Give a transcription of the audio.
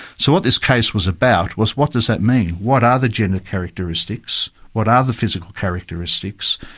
so what this case was about was what does that mean? what are the gender characteristics, what are the physical characteristics,